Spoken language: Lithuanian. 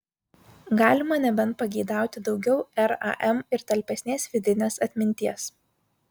galima nebent pageidauti daugiau ram ir talpesnės vidinės atminties